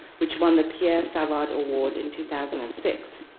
which won the pierre savard award in two thousand and six.